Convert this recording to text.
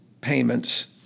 payments